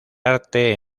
arte